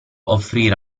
offrire